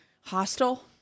Hostile